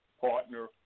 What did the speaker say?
partner